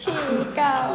!chey! kau